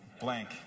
Blank